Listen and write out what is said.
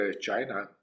China